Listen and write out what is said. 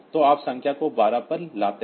तो आप संख्या को 12 पर लाते हैं